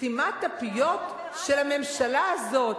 סתימת הפיות של הממשלה הזאת.